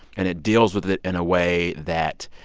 and it deals with it in a way that